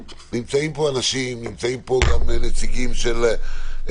נמצאים פה אנשים, נמצאים פה גם נציגים של ההפגנות.